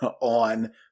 on